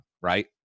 Right